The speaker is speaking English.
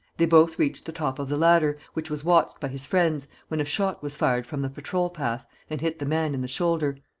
they both reached the top of the ladder, which was watched by his friends, when a shot was fired from the patrol-path and hit the man in the shoulder.